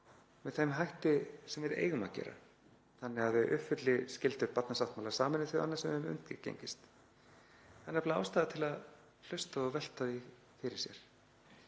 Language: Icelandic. með þeim hætti sem við eigum að gera þannig að þau uppfylli skyldur barnasáttmála Sameinuðu þjóðanna sem við höfum undirgengist. Það er nefnilega ástæða til að hlusta og velta því fyrir sér.